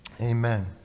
Amen